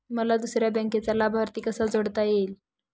मला दुसऱ्या बँकेचा लाभार्थी कसा जोडता येईल?